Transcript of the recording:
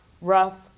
rough